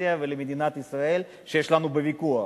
לתוניסיה ולמדינת ישראל בוויכוח?